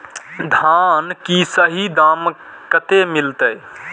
धान की सही दाम कते मिलते?